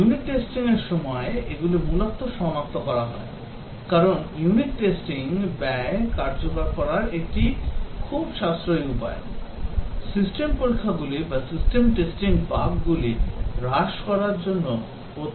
unit টেস্টিংয়ের সময় এগুলি মূলত সনাক্ত করা হয় কারণ ইউনিট টেস্টিং ব্যয় কার্যকর করার একটি খুব সাশ্রয়ী উপায় সিস্টেম পরীক্ষাগুলি বাগগুলি হ্রাস করার জন্য অত্যন্ত ব্যয়বহুল প্রস্তাব